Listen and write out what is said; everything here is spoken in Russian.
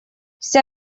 вся